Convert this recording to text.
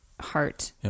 heart